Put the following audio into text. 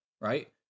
right